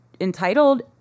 entitled